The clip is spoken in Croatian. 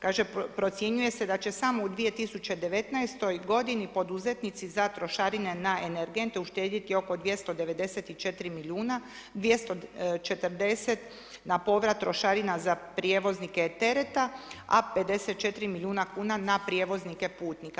Kaže procjenjuje se da će samo u 2019. poduzetnici za trošarine na energente uštedjeti oko 294 milijuna, 240 na povrat trošarina za prijevoznike tereta a 54 milijuna kuna na prijevoznike putnika.